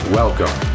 welcome